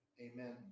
Amen